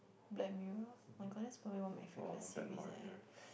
Black Mirror my goodness probably one of my series eh